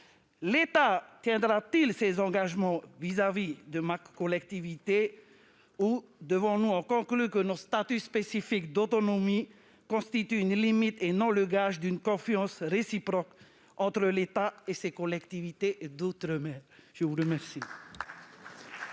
L'État tiendra-t-il ses engagements envers ma collectivité ou devons-nous conclure que nos statuts spécifiques d'autonomie constituent une limite, et non le gage d'une confiance réciproque entre l'État et ses collectivités d'outre-mer ? La parole